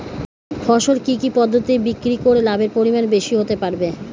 ফসল কি কি পদ্ধতি বিক্রি করে লাভের পরিমাণ বেশি হতে পারবে?